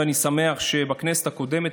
ואני שמח שבכנסת הקודמת,